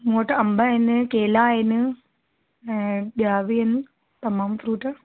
मूं वटि अंब आहिनि केला आहिनि ऐं ॿिया बि आहिनि तमामु फ़्रूट